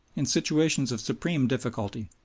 in situations of supreme difficulty,